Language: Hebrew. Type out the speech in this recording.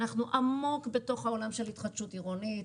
אנחנו עמוק בתוך העולם של התחדשות עירונית,